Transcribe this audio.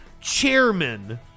chairman